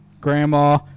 grandma